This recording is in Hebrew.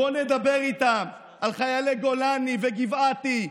בוא נדבר איתם על חיילי גולני וגבעתי,